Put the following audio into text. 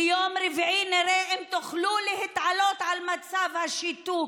ביום רביעי נראה אם תוכלו להתעלות על מצב השיתוק